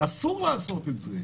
ואסור לעשות את זה.